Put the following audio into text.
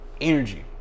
energy